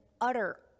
utter